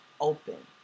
open